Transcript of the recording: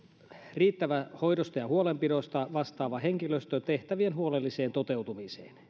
riittävä hoidosta ja huolenpidosta vastaava henkilöstö tehtävien huolelliseen toteuttamiseen